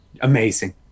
amazing